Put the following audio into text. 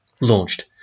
launched